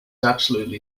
absolutely